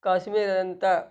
ಕಾಶ್ಮೀರದಂಥ